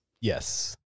Yes